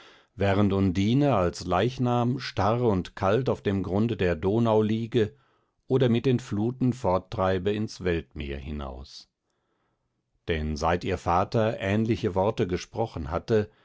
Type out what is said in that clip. während undine als leichnam starr und kalt auf dem grunde der donau liege oder mit den fluten forttreibe ins weltmeer hinaus denn seit ihr vater ähnliche worte gesprochen hatte